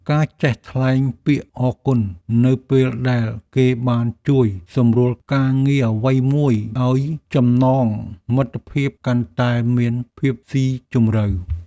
ការចេះថ្លែងពាក្យអរគុណនៅពេលដែលគេបានជួយសម្រួលការងារអ្វីមួយជួយឱ្យចំណងមិត្តភាពកាន់តែមានភាពស៊ីជម្រៅ។